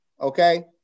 Okay